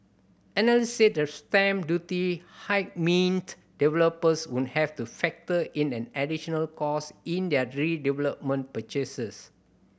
analysts said the stamp duty hike meant developers would have to factor in an additional cost in their redevelopment purchases